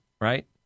right